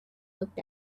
looked